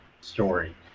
story